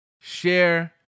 share